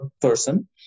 person